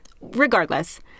Regardless